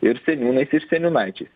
ir seniūnais ir seniūnaičiais